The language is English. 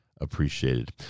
appreciated